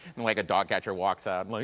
and like a dog catcher walks ah like